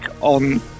on